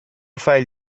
file